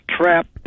trap